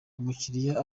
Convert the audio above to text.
umukiriya